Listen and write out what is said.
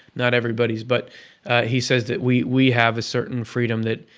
not everybody's, but he says that we we have a certain freedom that.